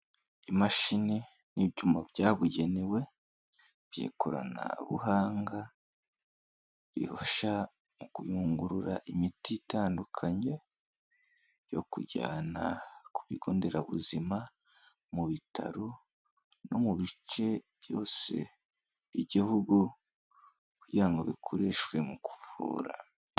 Imashini n'ibyuma byabugenewe by'ikoranabuhanga, irusha kuyungurura imiti itandukanye yo kujyana ku bigonderabuzima, mu bitaro no mu bice byose by'igihugu kugira ngo bikoreshwe mu kuvura.